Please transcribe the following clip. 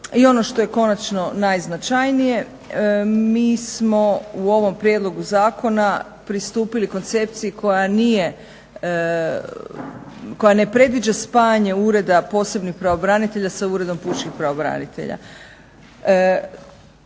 i ono što je konačno najznačajnije, mi smo u ovom prijedlogu zakona pristupili koncepciji koja nije, koja ne predviđa spajanje Ureda posebnih pravobranitelja sa Uredom pučkog pravobranitelja.